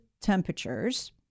temperatures